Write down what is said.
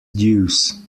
deuce